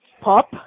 pop